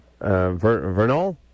Vernol